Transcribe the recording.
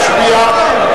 אל תהיה סמרטוט.